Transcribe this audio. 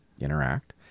interact